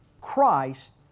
Christ